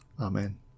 Amen